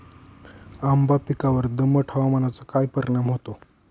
आंबा पिकावर दमट हवामानाचा काय परिणाम होतो?